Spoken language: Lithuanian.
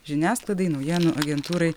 žiniasklaidai naujienų agentūrai